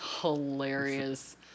hilarious